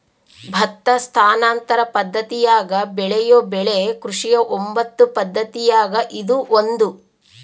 ಭತ್ತ ಸ್ಥಾನಾಂತರ ಪದ್ದತಿಯಾಗ ಬೆಳೆಯೋ ಬೆಳೆ ಕೃಷಿಯ ಒಂಬತ್ತು ಪದ್ದತಿಯಾಗ ಇದು ಒಂದು